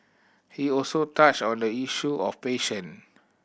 he also touched on the issue of passion